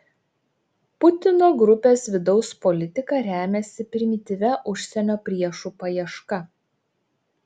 putino grupės vidaus politika remiasi primityvia užsienio priešų paieška